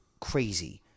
Crazy